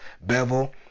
Bevel